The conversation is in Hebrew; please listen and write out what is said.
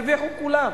הרוויחו כולם.